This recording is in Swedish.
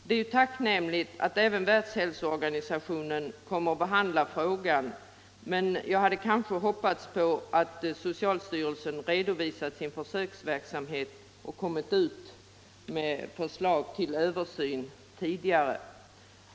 Det är ju tacknämligt att även Världshälsoorganisationen kommer att behandla frågan, men jag hade kanske hoppats på att socialstyrelsen skulle redovisa sin försöksverksamhet och komma ut med förslag till översyn tidigare.